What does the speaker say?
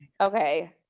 okay